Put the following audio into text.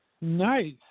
Nice